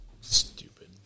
Stupid